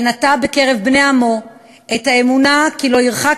שנטעה בקרב בני עמו את האמונה שלא ירחק